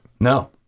No